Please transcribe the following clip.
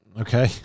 Okay